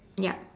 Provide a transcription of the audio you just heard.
ya